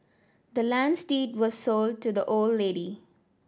the land's deed was sold to the old lady